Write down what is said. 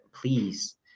Please